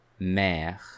Mère